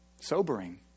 sobering